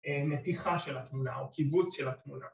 ‫מתיחה של התמונה או כיווץ של התמונה.